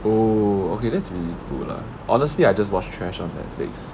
oh okay that's really cool lah honestly I just watch trash on Netflix